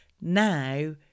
Now